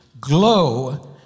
Glow